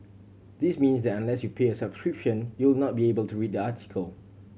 this means that unless you pay a subscription you will not be able to read the article